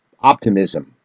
optimism